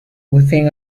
within